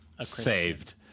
saved